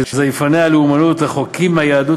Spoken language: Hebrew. שזייפני הלאומנות רחוקים מהיהדות